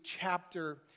chapter